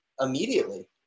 immediately